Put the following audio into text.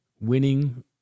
winning